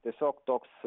tiesiog toks